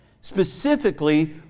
specifically